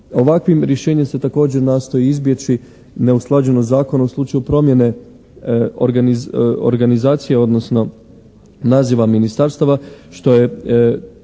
Ovakvim rješenjem se također nastoji izbjeći neusklađenost zakona u slučaju promjene organizacije odnosno naziva ministarstava što je